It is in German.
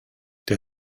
der